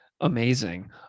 Amazing